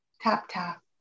tap-tap